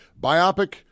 Biopic